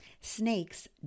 Snakes